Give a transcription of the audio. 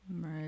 Right